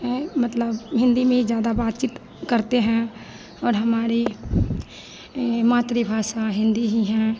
है मतलब हिन्दी में ही ज़्यादा बात चीत करते हैं और हमारी मातृभाषा हिन्दी ही हैं